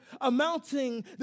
amounting